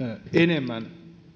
vähän enemmän